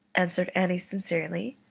answered annie sincerely,